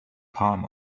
palm